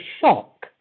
shock